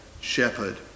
shepherd